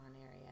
area